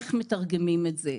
ואיך מתרגמים את זה.